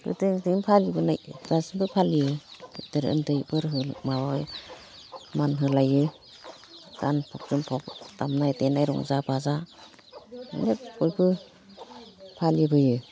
गोदोनिफ्रायनो फालि बोनाय गासिबो फालियो गिदिर उन्दैफोर माबा मान होलायो गानफब जोमफब दामनाय देनाय रंजा बाजा बयबो फालिबोयो